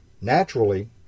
Naturally